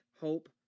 hope